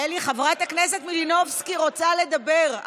אלי, חברת הכנסת מלינובסקי רוצה לדבר.